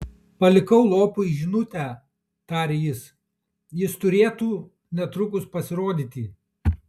palikau lopui žinutę tarė jis jis turėtų netrukus pasirodyti